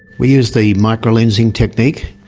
we use the microlensing technique,